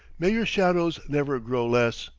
may your shadows never grow less!